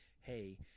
hey